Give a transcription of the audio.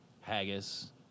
haggis